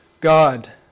God